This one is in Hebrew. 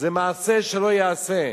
זה מעשה שלא ייעשה.